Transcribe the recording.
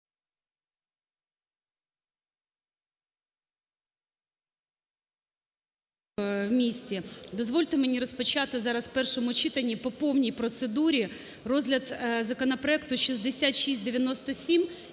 дозвольте мені розпочати зараз в першому читанні по повній процедурі розгляд законопроекту 6697,